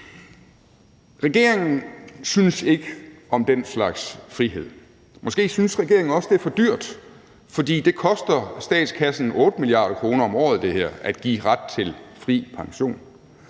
Regeringen synes ikke om den slags frihed. Måske synes regeringen også, at det er for dyrt, for det koster statskassen 8 mia. kr. om året at give ret til fri pension.